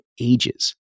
ages